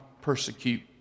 persecute